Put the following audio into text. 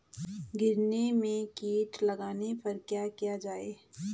गन्ने में कीट लगने पर क्या किया जाये?